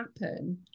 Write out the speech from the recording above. happen